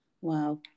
Wow